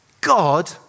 God